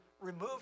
remove